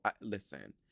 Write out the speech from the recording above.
listen